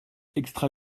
extra